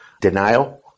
denial